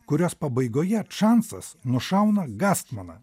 kurios pabaigoje čansas nušauna gastmaną